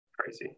Crazy